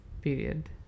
period